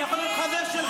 אני יכול להיות חבר שלך?